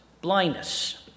blindness